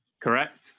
Correct